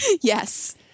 Yes